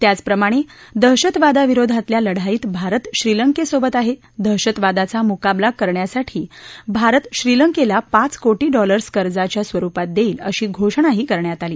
त्याचप्रमाणे दहशतवादा विरोधातल्या लढाईत भारत श्रीलंकेसोबत आहे दहशतवादाचा मुकाबला करण्यासाठी भारत श्रीलंकेला पाच कोरी डॉलर्स कर्जाच्या स्वरूपात देईल अशी घोषणाही करण्यात आली